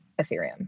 Ethereum